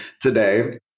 today